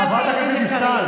חברת הכנסת דיסטל.